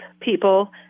people